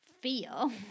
feel